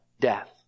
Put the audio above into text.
death